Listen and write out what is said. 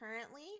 currently